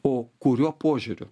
o kuriuo požiūriu